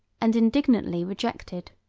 and indignantly rejected.